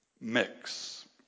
mix